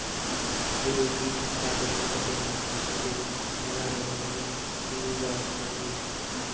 আলু, বিট, গাজর ইত্যাদি মানে হতিছে মেলা রকমের টিউবার সবজি